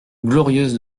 glorieuse